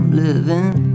living